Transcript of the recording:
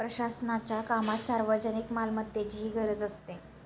प्रशासनाच्या कामात सार्वजनिक मालमत्तेचीही गरज असते